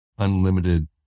unlimited